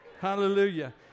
Hallelujah